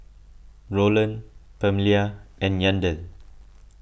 Rowland Pamelia and Yandel